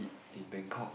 in Bangkok